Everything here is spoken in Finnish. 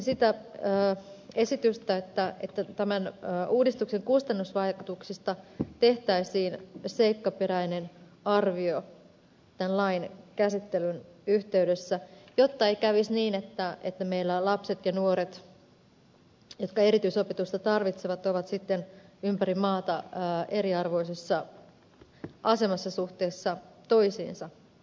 tukisin sitä esitystä että tämän uudistuksen kustannusvaikutuksista tehtäisiin seikkaperäinen arvio tämän lain käsittelyn yhteydessä jotta ei kävisi niin että meillä lapset ja nuoret jotka erityisopetusta tarvitsevat ovat sitten ympäri maata eriarvoisessa asemassa suhteessa toisiinsa